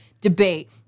debate